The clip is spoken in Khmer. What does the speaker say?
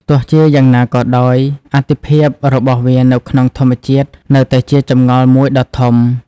ទោះជាយ៉ាងណាក៏ដោយ អត្ថិភាពរបស់វានៅក្នុងធម្មជាតិនៅតែជាចម្ងល់មួយដ៏ធំ។